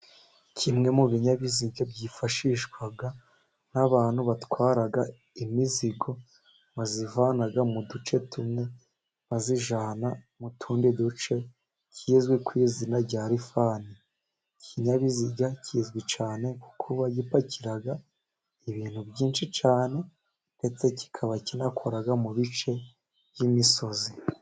Kimwe mu binyabiziga byifashishwa n'abantu batwara imizigo bayivana mu duce tumwe bayijyana mu tundi duce, kizwi ku izina rya rifani. Iki kinyabiziga kizwi cyane mu kuba gipakira ibintu byinshi cyane, ndetse kikaba kinakora mu bice by'imisozi.